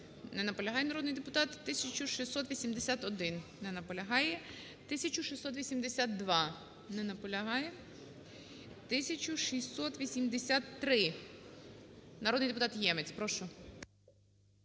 Не наполягає народний депутат. 1681. Не наполягає. 1682. Не наполягає. 1683. Народний депутат Ємець, прошу.